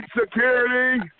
security